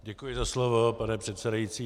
Děkuji za slovo, pane předsedající.